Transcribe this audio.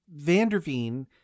Vanderveen